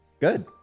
good